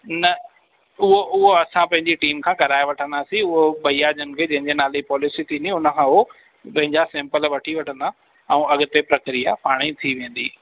न उहो उहो असां पंहिंजी टीम खां कराए वठंदासीं उहो भैया जनि खे जंहिंजे नाले पॉलिसी थींदियूं उनखां हू पंहिंजा सेंपल वठी वठंदा ऐं अॻिते प्रक्रिया पाण ई थी वेंदी